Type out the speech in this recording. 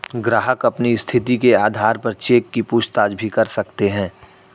ग्राहक अपनी स्थिति के आधार पर चेक की पूछताछ भी कर सकते हैं